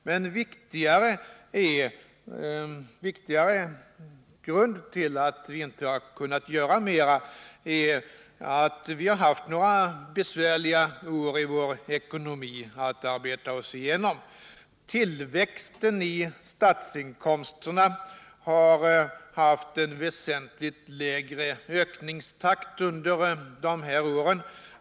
Men en viktig grund till att vi inte har kunnat göra mer är att vi har haft några besvärliga år i vår ekonomi att arbeta oss igenom. Tillväxttakten när det gäller statsinkomsterna har varit väsentligt lägre under de här åren.